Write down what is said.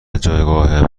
جایگاه